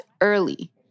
early